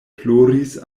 ploris